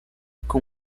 com